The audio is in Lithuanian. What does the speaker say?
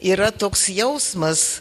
yra toks jausmas